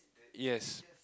yes